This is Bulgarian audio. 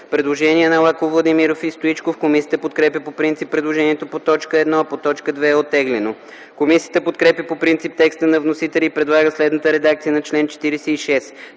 представители Лаков, Владимиров и Стоичков. Комисията подкрепя по принцип предложението по т. 1, а по т. 2 е оттеглено. Комисията подкрепя по принцип текста на вносителя и предлага следната редакция на чл. 46: